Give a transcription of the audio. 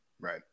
Right